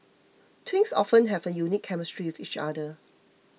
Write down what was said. twins often have a unique chemistry with each other